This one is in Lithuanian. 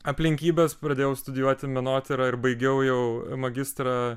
aplinkybes pradėjau studijuoti menotyrą ir baigiau jau magistrą